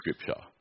Scripture